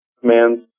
commands